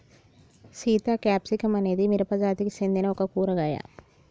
Sita capsicum అనేది మిరపజాతికి సెందిన ఒక కూరగాయ